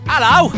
Hello